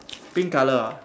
pink colour ah